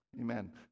Amen